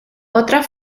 otra